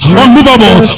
unmovable